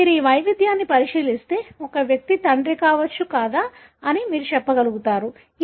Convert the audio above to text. కాబట్టి మీరు ఈ వైవిధ్యాన్ని పరిశీలిస్తే ఒక వ్యక్తి తండ్రి కావచ్చు కాదా అని మీరు చెప్పగలరు